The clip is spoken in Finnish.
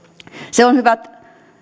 se on hyvät